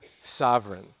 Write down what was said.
sovereign